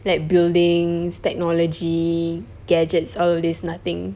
like buildings technology gadgets all of this nothing